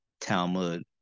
Talmud